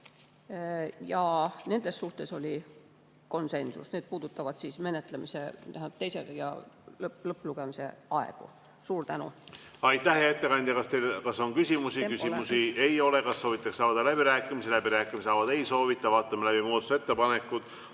nende suhtes oli konsensus. Need puudutavad siis teise [lugemise] ja lõpplugemise aegu. Suur tänu! Aitäh, hea ettekandja! Kas on küsimusi? Küsimusi ei ole. Kas soovitakse avada läbirääkimisi? Läbirääkimisi avada ei soovita. Vaatame läbi muudatusettepanekud.